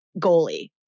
goalie